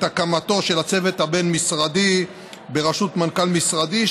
הקמתו של הצוות הבין-משרדי בראשות מנכ"ל משרדי,